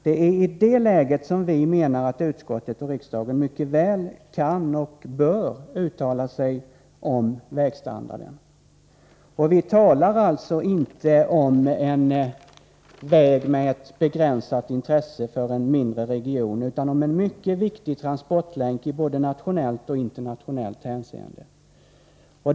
Det är i det läget vi menar att utskottet och riksdagen mycket väl kan och bör uttala sig om vägstandarden. Vi talar alltså inte om en väg med ett begränsat intresse för en mindre region, utan om en mycket viktig transportlänk, i både nationellt och internationellt hänseende.